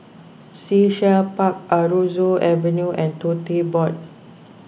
Sea Shell Park Aroozoo Avenue and Tote Board